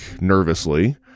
nervously